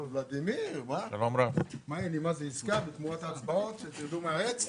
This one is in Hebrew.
ולדימיר, עסקה תמורת ההצבעות שתרדו מהעץ?